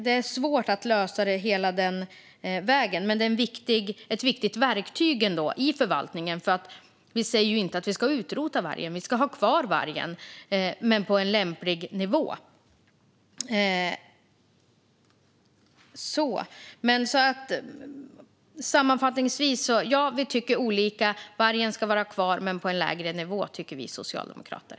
Det är svårt att lösa detta hela vägen, men det är ändå ett viktigt verktyg i förvaltningen. Vi säger inte att vi ska utrota vargen. Vi ska ha kvar vargen, men på en lämplig nivå. Sammanfattningsvis: Ja, vi tycker olika. Vargen ska vara kvar, men på en lägre nivå, tycker vi socialdemokrater.